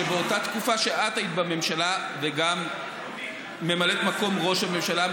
שבאותה תקופה שאת היית בממשלה וגם ממלאת מקום ראש הממשלה,